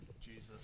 Jesus